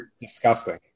Disgusting